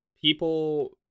people